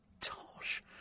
Tosh